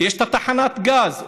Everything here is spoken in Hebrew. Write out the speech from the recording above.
יש את תחנת הגז.